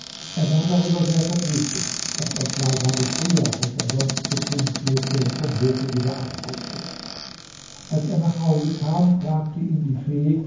er war darüber sehr verdrießlich daß er zwei tage früher als er sonst zu tun pflegte vom hofe wieder abreiste als er nach hause kam fragte ihn die fee